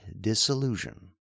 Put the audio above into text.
disillusion